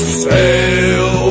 sail